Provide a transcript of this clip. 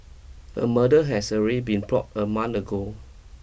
a murder has already been plot a month ago